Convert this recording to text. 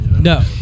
no